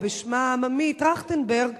או בשמה העממי ועדת-טרכטנברג,